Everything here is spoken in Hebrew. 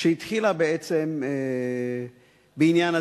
שהתחילה בעצם בעניין הדיור.